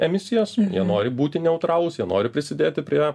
emisijas jie nori būti neutralūs jie nori prisidėti prie